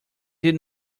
did